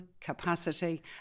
capacity